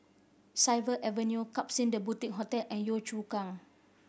Tyersall Avenue Klapson The Boutique Hotel and Yio Chu Kang